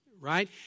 Right